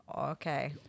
Okay